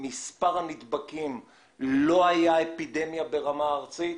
בזמן שקיבלתם את ההחלטה ההיא מספר הנדבקים לא שיקף אפידמיה ברמת ארצית,